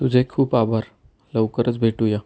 तुझे खूप आभार लवकरच भेटूया